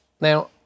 Now